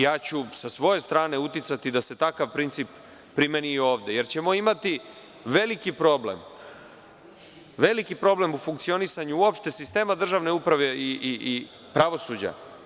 Ja ću sa svoje strane uticati da se takav princip primeni i ovde, jer ćemo imati veliki problem u funkcionisanju uopšte sistema državne uprave i pravosuđa.